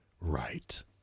right